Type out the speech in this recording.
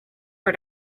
her